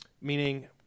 Meaning